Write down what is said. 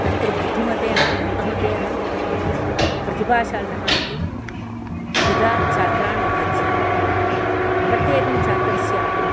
तत्र बुद्धिमतयः मन्दमतयः प्रतिभाशालिनः इति त्रिधा छात्रान् विभज्य प्रत्येकं छात्रस्यापि